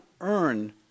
earn